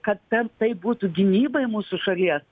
kad ten taip būtų gynybai mūsų šalies